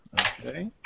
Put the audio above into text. Okay